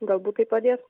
galbūt tai padės